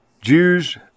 Jews